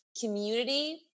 community